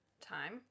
time